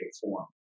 form